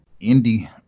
indie